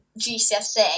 GCSE